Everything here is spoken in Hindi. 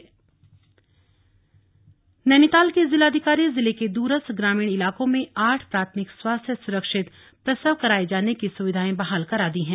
सुरक्षित प्रसव नैनीताल के जिलाधिकारी जिले के दूरस्थ ग्रामीण इलाकों में आठ प्राथमिक स्वास्थ्य सुरक्षित प्रसव कराये जाने की सुविधाएं बहाल करा दी हैं